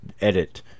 edit